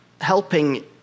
helping